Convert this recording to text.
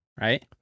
right